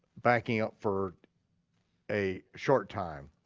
backing up for a short time,